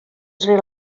sri